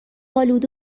آلوده